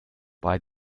bei